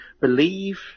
believe